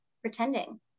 pretending